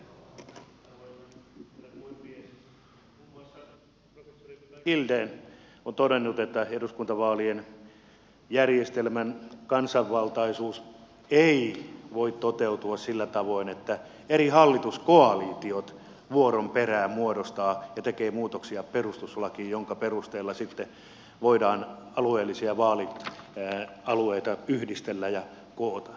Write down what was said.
muun muassa professori hiden on todennut että eduskuntavaalien järjestelmän kansanvaltaisuus ei voi toteutua sillä tavoin että eri hallituskoalitiot vuoron perään muodostavat ja tekevät muutoksia perustuslakiin jonka perusteella sitten voidaan alueellisia vaalialueita yhdistellä ja koota